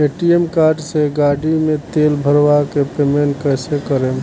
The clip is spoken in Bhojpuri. ए.टी.एम कार्ड से गाड़ी मे तेल भरवा के पेमेंट कैसे करेम?